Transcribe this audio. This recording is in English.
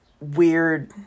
weird